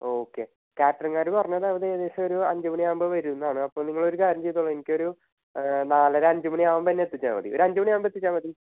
okay കാറ്റ്റിങ്ങ്കാർ പറഞ്ഞത് അവരേകദേശൊരു അഞ്ച് മണിയാകുമ്പോൾ വരുന്നാണ് അപ്പോൾ നിങ്ങളൊരു കാര്യം ചെയ്തോളു എനിക്കൊരു നാലര അഞ്ച് മണി ആവുമ്പന്നെ എത്തിച്ചാൽ മതി ഒരഞ്ച് മണിയാകുമ്പോൾ എത്തിച്ചാൽ മതി